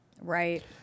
Right